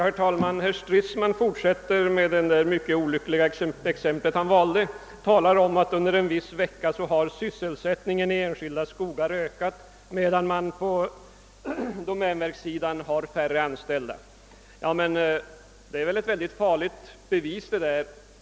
Herr talman! Herr Stridsman fortsätter att åberopa det mycket olyckliga exempel han valde och säger att under en viss vecka sysselsättningen i enskilda skogar ökade, medan domänverket hade färre anställda. Detta är väl ett farligt bevis.